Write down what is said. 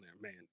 man